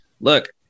look